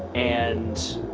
and